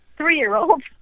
three-year-old